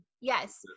Yes